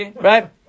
Right